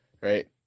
right